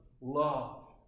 love